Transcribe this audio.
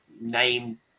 Name